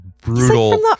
brutal